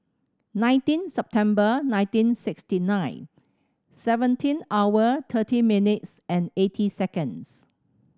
nineteen September nineteen sixty nine seventy hour thirty minutes and eighteen seconds